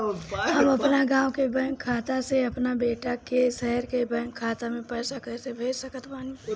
हम अपना गाँव के बैंक खाता से अपना बेटा के शहर के बैंक खाता मे पैसा कैसे भेज सकत बानी?